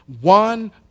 One